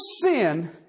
sin